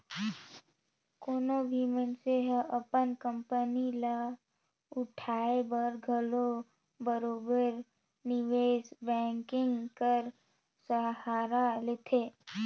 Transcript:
कोनो भी मइनसे हर अपन कंपनी ल उठाए बर घलो बरोबेर निवेस बैंकिंग कर सहारा लेथे